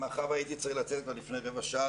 מאחר הייתי צריך לצאת כבר לפני רבע שעה,